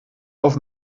auf